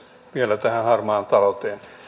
vielä tähän harmaaseen talouteen